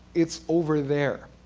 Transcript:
it's over there.